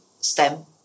STEM